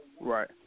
Right